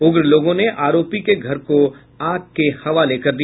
उग्र लोगों ने आरोपी के घर को आग के हवाले कर दिया